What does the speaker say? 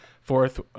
fourth